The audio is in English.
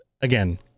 again